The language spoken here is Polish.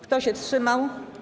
Kto się wstrzymał?